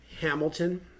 hamilton